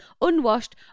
Unwashed